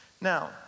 Now